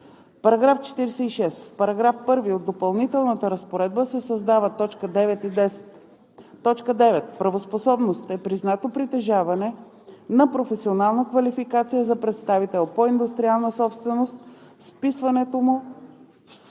§ 46: „§ 46. В § 1 от допълнителната разпоредба се създават т. 9 и 10: „9. „Правоспособност“ е признато притежаване на професионална квалификация за представител по индустриална собственост с вписването в регистъра